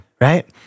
Right